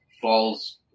falls